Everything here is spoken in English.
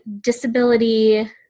Disability